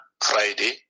Friday